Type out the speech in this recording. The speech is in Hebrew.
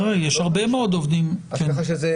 יש הרבה מאוד עובדים כאלה.